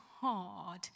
hard